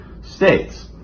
states